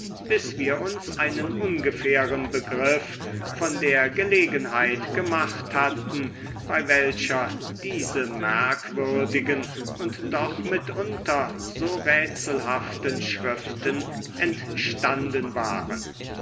bis wir uns einen ungefähren begriff von der gelegenheit gemacht hatten bei welcher diese merkwürdigen und doch mitunter so rätselhaften schriften entstanden waren